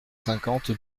cinquante